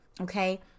Okay